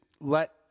let